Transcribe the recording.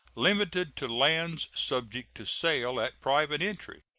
limited to lands subject to sale at private entry.